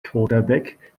quarterback